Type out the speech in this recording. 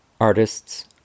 Artists